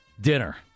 dinner